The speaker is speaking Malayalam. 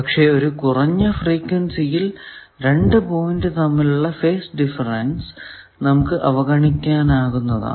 പക്ഷെ ഒരു കുറഞ്ഞ ഫ്രീക്വെൻസിയിൽ രണ്ടു പോയിന്റ് തമ്മിലുള്ള ഫേസ് ഡിഫറെൻസ് നമുക്ക് അവഗണിക്കാനാകുന്നതാണ്